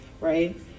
Right